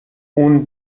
اون